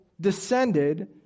descended